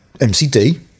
MCD